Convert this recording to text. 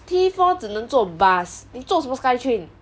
T four 只能坐 bus 你坐什么 skytrain